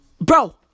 bro